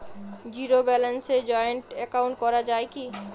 Zero ব্যালেন্সে joint account করা য়ায় কি?